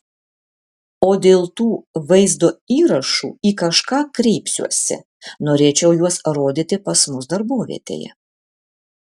o dėl tų vaizdo įrašų į kažką kreipsiuosi norėčiau juos rodyti pas mus darbovietėje